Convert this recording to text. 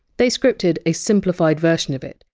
they scripted a simplified version of it,